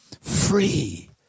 free